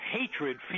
hatred